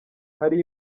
hari